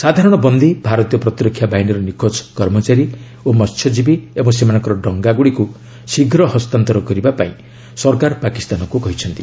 ସାଧାରଣ ବନ୍ଦୀ ଭାରତୀୟ ପ୍ରତିରକ୍ଷା ବାହିନୀର ନିଖୋଜ କର୍ମଚାରୀ ଓ ମସ୍ୟଜୀବୀ ଏବଂ ସେମାନଙ୍କର ଡଙ୍ଗା ଗୁଡ଼ିକୁ ଶୀଘ୍ର ହସ୍ତାନ୍ତର କରିବା ପାଇଁ ସରକାର ପାକିସ୍ତାନକୁ କହିଛନ୍ତି